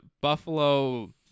Buffalo